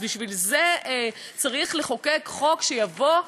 אז בשביל זה צריך לחוקק חוק שיבוא?